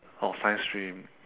oh science stream